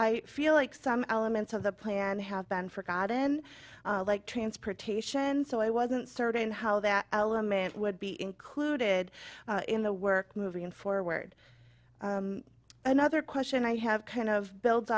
i feel like some elements of the plan have been forgotten like transportation so i wasn't certain how that element would be included in the work moving forward another question i have kind of builds